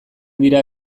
dira